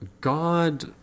God